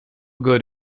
good